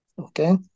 Okay